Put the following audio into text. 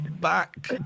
Back